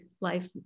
life